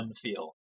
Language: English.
feel